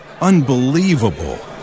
Unbelievable